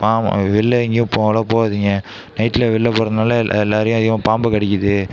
பா வெளில எங்கேயும் அவ்வளோவா போகாதிங்க நைட்டில் வெளில போகிறதுனால எல் எல்லோரையும் அதிகமாக பாம்பு கடிக்குது